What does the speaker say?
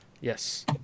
Yes